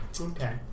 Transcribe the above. Okay